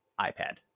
iPad